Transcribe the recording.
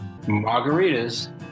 margaritas